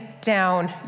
down